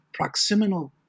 proximal